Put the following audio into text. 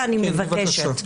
אוקיי, אני מאוד רוצה --- לא.